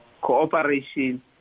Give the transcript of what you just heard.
cooperation